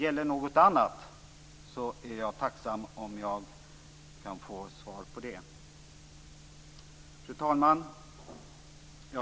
Gäller något annat är jag tacksam om jag kan få svar på det. Fru talman!